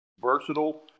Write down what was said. versatile